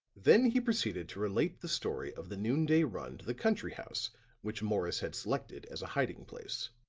then he proceeded to relate the story of the noon-day run to the country house which morris had selected as a hiding place.